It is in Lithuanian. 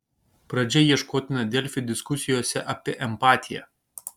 pradžia ieškotina delfi diskusijose apie empatiją